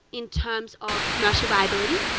in terms of commercial viability,